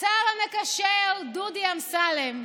השר המקשר דודי אמסלם.